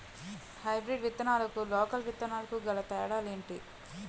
Hybrid విత్తనాలకు local విత్తనాలకు గల తేడాలు ఏంటి?